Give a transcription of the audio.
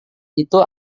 itu